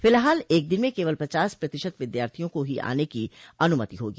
फिलहाल एक दिन में केवल पचास प्रतिशत विद्यार्थियों को ही आने की अनुमति होगी